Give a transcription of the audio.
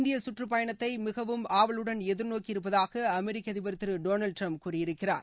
இந்திய சுற்றுப்பயணத்தை மிகவும் ஆவலுடன் எதிர்நோக்கியிருப்பதாக அமெரிக்க அதிபர் திரு ரொனல்ட் டிரம்ப் கூறியிருக்கிறார்